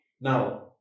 Now